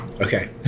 okay